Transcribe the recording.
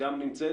גם היא נמצאת,